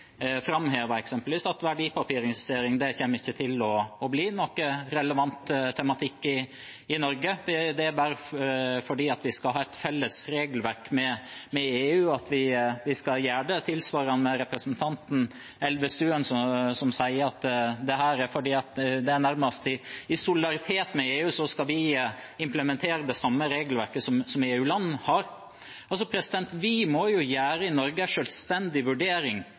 som eksempelvis representanten Limi framhevet, at verdipapirisering ikke kommer til å bli noen relevant tematikk i Norge, det er bare fordi vi skal ha et felles regelverk med EU at vi skal gjøre det? Tilsvarende sier representanten Elvestuen at vi nærmest i solidaritet med EU skal implementere det samme regelverket som EU-land har. Vi i Norge må jo gjøre en selvstendig vurdering av om det tjener norske interesser å implementere dette regelverket eller ikke. Det er klare erfaringer med konsekvenser av verdipapirisering, ikke minst i